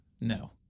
no